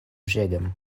brzegiem